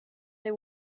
they